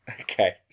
Okay